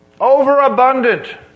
Overabundant